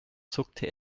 zuckte